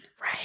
Right